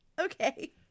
Okay